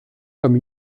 comme